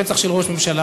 רצח של ראש ממשלה,